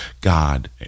god